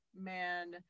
man